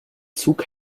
zug